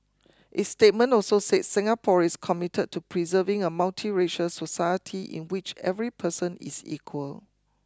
its statement also said Singapore is committed to preserving a multiracial society in which every person is equal